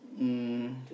um